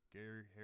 Gary